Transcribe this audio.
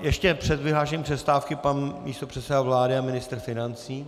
Ještě před vyhlášením přestávky pan místopředseda vlády a ministr financí.